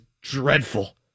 dreadful